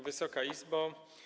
Wysoka Izbo!